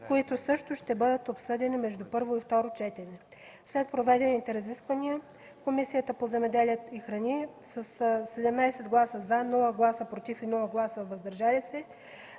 които също ще бъдат обсъдени между първи и второ четене. След проведените разисквания, Комисията по земеделието и храните със 17 гласа „за”, без „против” и „въздържали се”